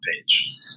page